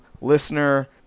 listener